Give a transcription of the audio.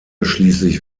schließlich